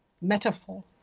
metaphor